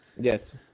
Yes